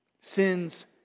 Sins